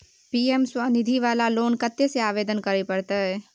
PM Svanidhi वाला loan कत्ते से आवेदन करे परतै?